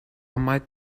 might